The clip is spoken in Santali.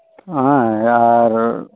ᱦᱮᱸ ᱟᱨ